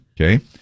Okay